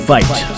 Fight